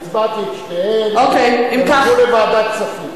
הצבעתי את שתיהן, הן ילכו לוועדת הכספים.